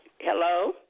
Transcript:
Hello